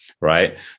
Right